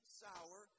sour